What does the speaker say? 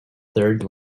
third